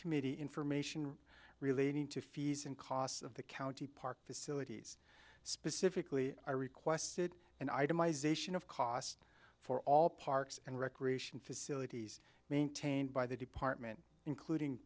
committee information relating to fees and costs of the county park facilities specifically i requested an itemization of costs for all parks and recreation facilities maintained by the